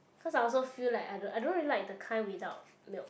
cause I also feel like I don't I don't really like the kind without milk